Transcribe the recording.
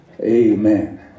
Amen